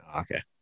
Okay